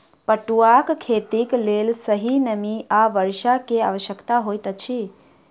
पटुआक खेतीक लेल सही नमी आ वर्षा के आवश्यकता होइत अछि